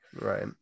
Right